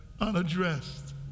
unaddressed